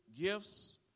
gifts